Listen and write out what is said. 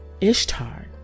Ishtar